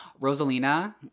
rosalina